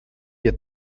you